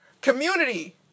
community